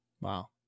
Wow